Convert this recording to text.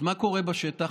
אז מה קורה בשטח?